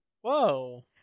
whoa